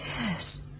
Yes